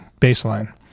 Baseline